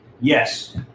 Yes